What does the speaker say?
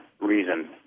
reason